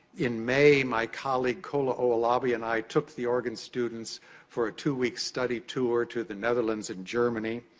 in may, my colleague, kola owolabi, and i took the organ students for a two-week study tour to the netherlands and germany.